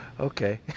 Okay